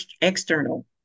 external